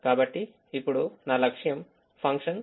కాబట్టి ఇప్పుడు నా లక్ష్యం function గరిష్టీకరించడం